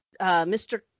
Mr